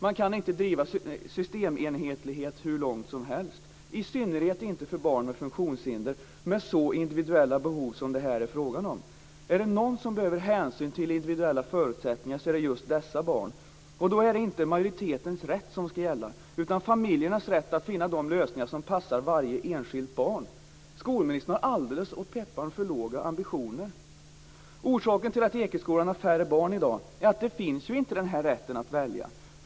Man kan inte driva systemenhetlighet hur långt som helst, i synnerhet inte när det gäller barn med funktionshinder och som har så individuella behov som det är fråga om här. Är det några som är i behov av att hänsyn tas till individuella förutsättningar så är det just dessa barn. Då är det inte majoritetens rätt som ska gälla, utan då handlar det om familjernas rätt att finna de lösningar som passar varje enskilt barn. Skolministern har alldeles åt pepparn för låga ambitioner. Orsaken till att Ekeskolan i dag har färre barn är att den här rätten att välja inte finns.